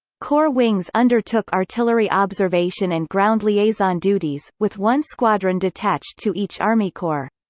corps wings undertook artillery observation and ground liaison duties, with one squadron detached to each army corps.